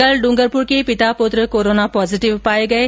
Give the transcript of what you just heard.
कल डूंगरपुर के पिता पुत्र कोरोना पॉजीटिव पाये गये